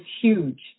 huge